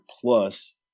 plus